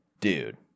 dude